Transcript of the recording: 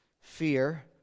Fear